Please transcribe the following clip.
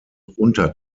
unter